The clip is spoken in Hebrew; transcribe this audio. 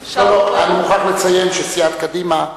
אני מוכרח לציין שסיעת קדימה,